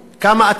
כמה תושבים פונו?